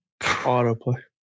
Autoplay